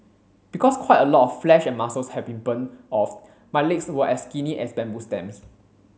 because quite a lot of flesh and muscles had been burnt off my legs were as skinny as bamboo stems